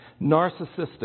Narcissistic